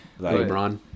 LeBron